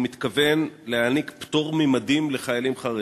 מתכוון להעניק פטור ממדים לחיילים חרדים.